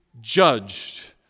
judged